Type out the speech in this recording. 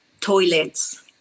toilets